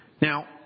Now